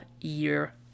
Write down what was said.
year